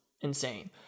insane